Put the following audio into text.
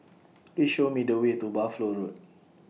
Please Show Me The Way to Buffalo Road